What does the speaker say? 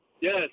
Yes